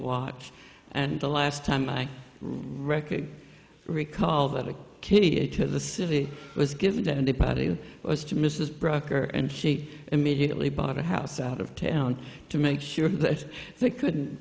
watch and the last time i record recall that a key to the city was given to anybody was to mrs brucker and she immediately bought a house out of town to make sure that we couldn't